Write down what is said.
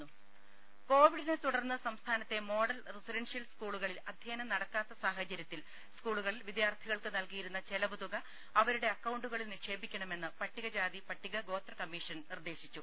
രുമ കോവിഡിനെത്തുടർന്ന് സംസ്ഥാനത്തെ മോഡൽ റസിഡൻഷ്യൽ സ്കൂളുകളിൽ അധ്യയനം നടക്കാത്ത സാഹചര്യത്തിൽ സ്കൂളുകളിൽ വിദ്യാർത്ഥികൾക്ക് നൽകിയിരുന്ന ചെലവ് തുക അവരുടെ അക്കൌണ്ടുകളിൽ നിക്ഷേപിക്കണമെന്ന് പട്ടികജാതി പട്ടിക ഗോത്ര കമ്മീഷൻ നിർദ്ദേശിച്ചു